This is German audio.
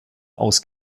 aus